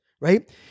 right